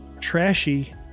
trashy